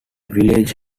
village